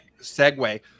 segue